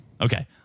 Okay